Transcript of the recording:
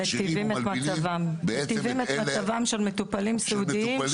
מיטיבים את מצבם של מטופלים סיעודיים